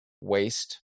Waste